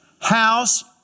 house